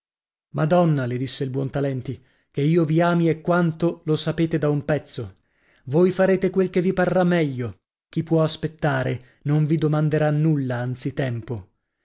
madonna le disse il buontalenti che io vi ami e quanto lo sapete da un pezzo voi farete quel che vi parrà meglio chi può aspettare non vi domanderà nulla anzi tempo